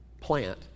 plant